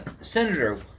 Senator